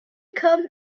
come